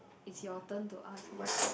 it's your turn to ask me